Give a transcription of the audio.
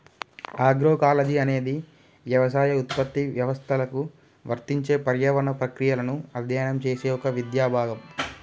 agroecology అనేది యవసాయ ఉత్పత్తి వ్యవస్థలకు వర్తించే పర్యావరణ ప్రక్రియలను అధ్యయనం చేసే ఒక విద్యా భాగం